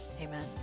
Amen